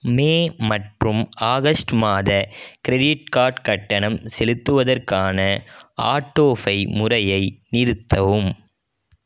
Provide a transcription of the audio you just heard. மே மற்றும் ஆகஸ்ட் மாத credit card கட்டணம் செலுத்துவதற்கான ஆட்டோஃபை முறையை நிறுத்தவும்